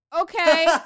okay